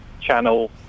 Channel